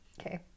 Okay